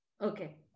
Okay